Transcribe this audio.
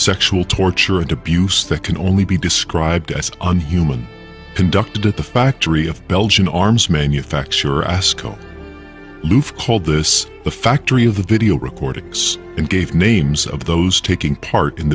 sexual torture and abuse that can only be described as unhuman conducted at the factory of belgian arms manufacturer asco loof called this the factory of the video recordings and gave names of those taking part in